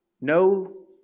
No